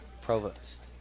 Provost